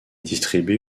distribué